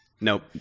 Nope